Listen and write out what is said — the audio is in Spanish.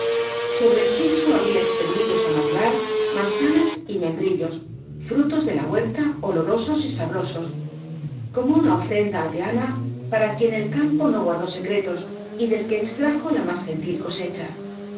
sobre el piso había extendidos á madurar manzanas y membrillos frutos de la huerta olorosos y sabrosos como epílogo sentimental una ofrenda aldeana para quien el campo no guardó secretos y del que extrajo la más gentil cosecha